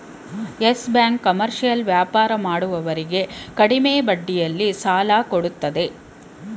Yes Bank commercial ವ್ಯಾಪಾರ ಮಾಡೋರಿಗೆ ಕಡಿಮೆ ಬಡ್ಡಿಯಲ್ಲಿ ಸಾಲ ಕೊಡತ್ತದೆ